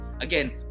again